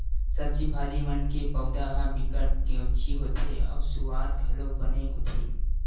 सब्जी भाजी मन के पउधा ह बिकट केवची होथे अउ सुवाद घलोक बने होथे